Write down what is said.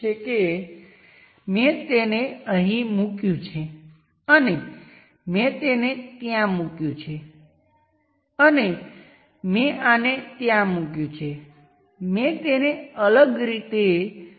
મારી પાસે short circuit છે અને હું તે શોર્ટ સર્કિટ દ્વારા કરંટને માપું છું અહીં મેં તેને IL1 કહ્યું પરંતુ આ IN ને સામાન્ય રીતે નોર્ટન કરંટ કહેવામાં આવે છે